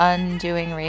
Undoing